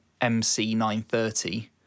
MC930